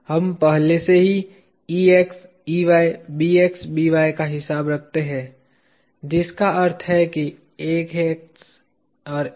हम पहले से ही Ex Ey Bx By का हिसाब रखते हैं जिसका अर्थ है Ax और Ay